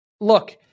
Look